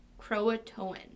Croatoan